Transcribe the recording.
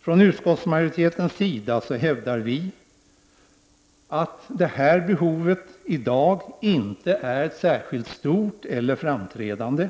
Från utskottsmajoritetens sida hävdar vi för det första att det här behovet i dag inte är särskilt stort eller framträdande,